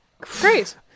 Great